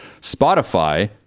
Spotify